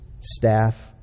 staff